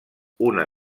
una